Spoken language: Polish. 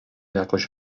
jakoś